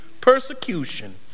persecution